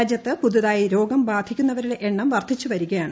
രാജ്യത്ത് പുതിയതായി രോഗം ബാധിക്കുന്നവരുടെ വർദ്ധിച്ചുവരികയാണ്